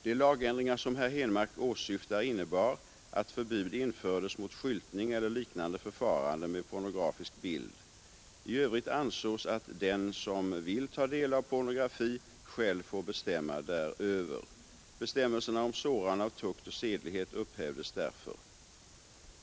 De lagändringar som herr Henmark åsyftar innebar att förbud infördes mot skyltning eller liknande förfarande med pornografisk bild. I övrigt ansågs att den som vill ta del av pornografi själv får bestämma däröver. Bestämmelserna om sårande av tukt och sedlighet upphävdes därför.